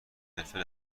فلفل